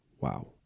Wow